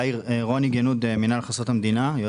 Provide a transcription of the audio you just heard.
רוני גנוד, יועץ משפטי, מנהל הכנסות המדינה.